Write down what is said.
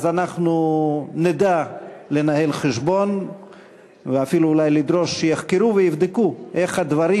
אז אנחנו נדע לנהל חשבון ואפילו אולי לדרוש שיחקרו ויבדקו איך הדברים,